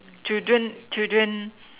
children children